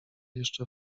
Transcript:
jeszcze